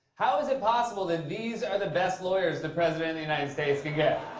how is it possible that these are the best lawyers the president of the united states can get?